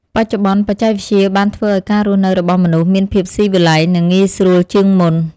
បច្ចុប្បន្ន បច្ចេកវិទ្យាបានធ្វើឱ្យការរស់នៅរបស់មនុស្សមានភាពស៊ីវិល័យ និងងាយស្រួលជាងមុន។